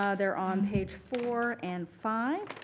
ah they're on page four and five.